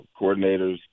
coordinators